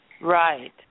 Right